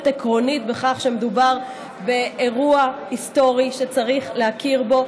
עקרונית בכך שמדובר באירוע היסטורי שצריך להכיר בו,